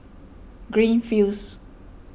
Greenfields